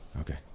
Okay